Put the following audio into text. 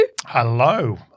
Hello